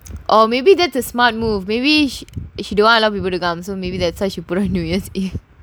maybe that's a smart move maybe she she don't allow people to come so maybe that's why